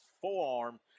forearm